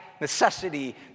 necessity